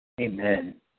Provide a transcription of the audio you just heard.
Amen